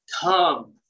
Come